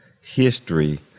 history